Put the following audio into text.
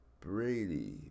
Brady